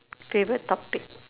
favourite topic